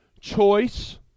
choice